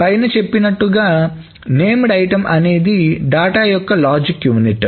కాబట్టి పైన చెప్పినట్టుగా నేమ్డ్ ఐటమ్ అనేది డేటా కయొక్క లాజిక్ యూనిట్